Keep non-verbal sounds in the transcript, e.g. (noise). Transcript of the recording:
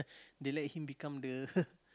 they let him become the (laughs)